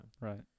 Right